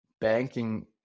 banking